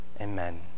amen